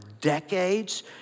decades